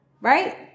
right